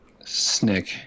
Snick